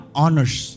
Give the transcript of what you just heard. honors